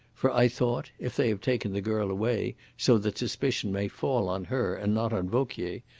for i thought, if they have taken the girl away so that suspicion may fall on her and not on vauquier,